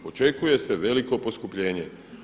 Očekuje se veliko poskupljenje.